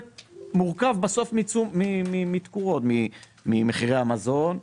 זה מורכב ממחיר התקורות: מחירי המזון,